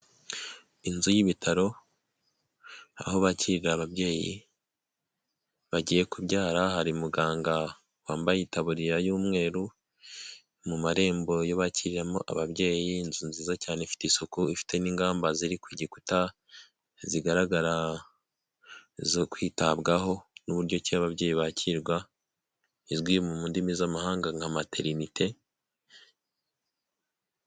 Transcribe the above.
Inzu y'ibitaro aho bakirira ababyeyi bagiye kubyara, hari muganga wambaye itaburiya y'umweru mu marembo yo bakiriramo ababyeyi, inzu nziza cyane ifite isuku ifite n'ingamba ziri ku gikuta zigaragara zo kwitabwaho n'uburyo ki ababyeyi bakirwa, izwi mu ndimi z'amahanga nka materinite.